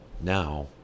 Now